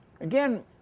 Again